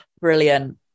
brilliant